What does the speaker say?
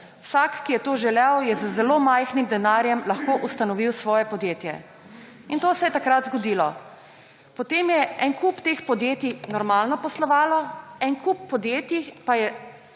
Vsak, ki je to želel, je z zelo majhnim denarjem lahko ustanovil svoje podjetje. In to se je takrat zgodilo. Potem je en kup teh podjetij normalno poslovalo, en kup podjetij pa je